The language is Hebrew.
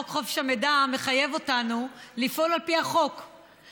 חוק חופש המידע מחייב אותנו לפעול על פי החוק,